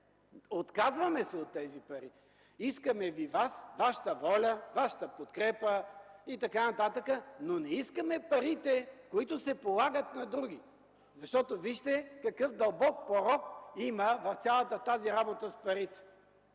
Отказваме се от тези пари! Искаме ви вас, вашата воля, вашата подкрепа и т.н., но не искаме парите, които се полагат на други. Вижте какъв дълбок порок има в цялата тази работа с парите.